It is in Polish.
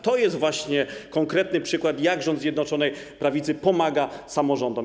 To jest właśnie konkretny przykład, jak rząd Zjednoczonej Prawicy pomaga samorządom.